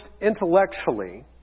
intellectually